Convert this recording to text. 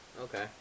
okay